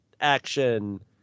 action